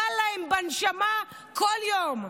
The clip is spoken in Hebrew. רע להן בנשמה כל יום.